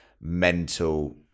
mental